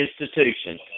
institutions